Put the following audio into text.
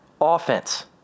offense